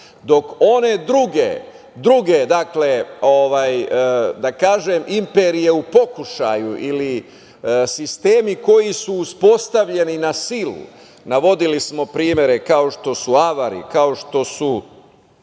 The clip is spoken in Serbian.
Dok one druge, da kažem, imperije u pokušaju ili sistemi koji su uspostavljeni na silu, navodili smo primere kao što su Avari, kao što su